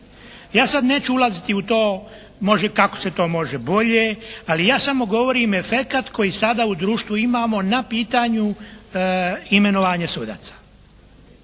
Ja sad neću ulaziti u to kako se to može bolje, ali ja samo govorim efekat koji sada u društvu imamo na pitanju imenovanja sudaca.